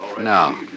No